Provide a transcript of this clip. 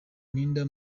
ntinda